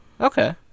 Okay